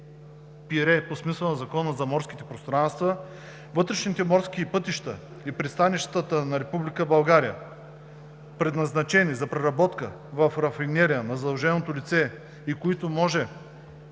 пирс по смисъла на Закона за морските пространства, вътрешните морски пътища и пристанищата на Република България), предназначени за преработка в рафинерия на задължено лице и които може